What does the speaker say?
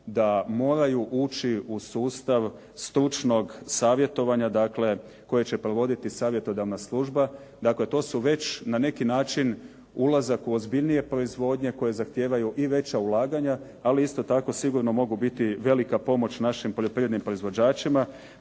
da moraju ući u sustav stručnog savjetovanja, dakle koje će provoditi savjetodavna služba. Dakle, to su već na neki način ulazak u ozbiljnije proizvodnje koje zahtijevaju i veća ulaganja, ali isto tako sigurno mogu biti velika pomoć našim poljoprivrednim proizvođačima